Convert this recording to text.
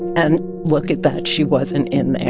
and look at that she wasn't in there